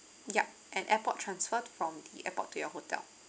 yup and airport transfer from the airport to your hotel